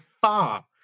far